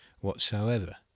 whatsoever